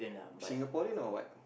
Singaporean or what